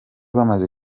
bamaze